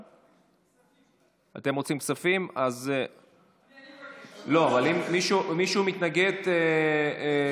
בעד, שבעה, אפס מתנגדים.